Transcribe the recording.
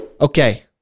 Okay